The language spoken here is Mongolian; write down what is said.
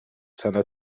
санаа